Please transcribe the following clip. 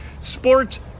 Sports